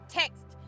text